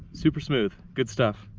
super smooth. good stuff.